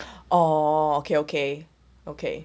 orh okay okay okay